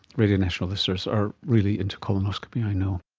radio national listeners are really into colonoscopy, i know